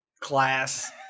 class